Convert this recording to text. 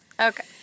Okay